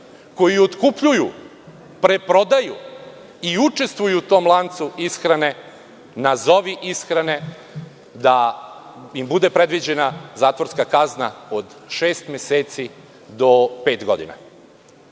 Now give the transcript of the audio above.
koji otkupljuju, preprodaju i učestvuju u tom lancu ishrane, nazovi ishrane, da im bude predviđena zakonska kazna od šest meseci do pet godina. Srpska